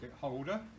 holder